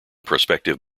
prospective